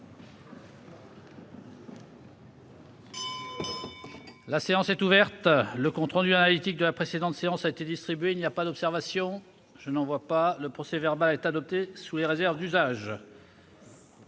La séance est ouverte. Le compte rendu analytique de la précédente séance a été distribué. Il n'y a pas d'observation ?... Le procès-verbal est adopté sous les réserves d'usage.